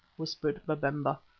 whispered babemba.